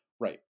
Right